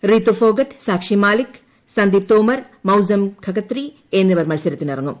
റിതു ഫോഗട്ട് സാക്ഷി മാലിക്ക് സന്ദീപ് തോമർ മൌസം കഖത്രി ് എന്നിവർ മത്സരത്തിനിറങ്ങും